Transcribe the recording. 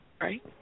right